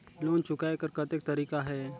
Loan चुकाय कर कतेक तरीका है?